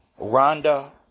Rhonda